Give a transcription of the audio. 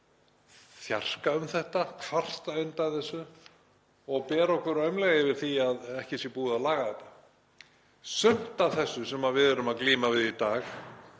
þjarka um þetta, kvarta undan þessu og bera okkur að aumlega yfir því að ekki sé búið að laga þetta. Sumt af þessu sem við erum að glíma við í dag